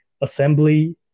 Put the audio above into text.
Assembly